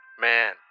man